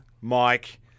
Mike